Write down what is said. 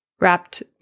wrapped